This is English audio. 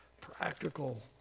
practical